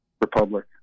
Republic